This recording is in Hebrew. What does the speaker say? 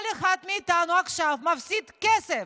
כל אחד מאיתנו עכשיו מפסיד כסף.